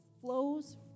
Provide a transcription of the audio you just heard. flows